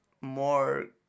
more